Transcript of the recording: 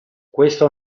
questo